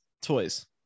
toys